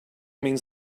means